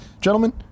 Gentlemen